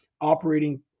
operating